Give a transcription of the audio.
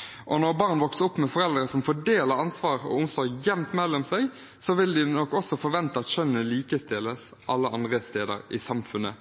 hjemmet. Når barn vokser opp med foreldre som fordeler ansvar og omsorg jevnt mellom seg, vil de nok også forvente at kjønnene likestilles alle andre steder i samfunnet.